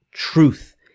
Truth